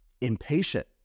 impatient